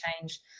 change